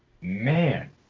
Man